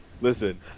listen